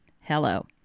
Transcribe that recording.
hello